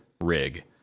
rig